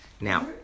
Now